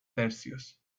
tercios